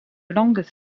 langues